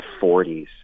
40s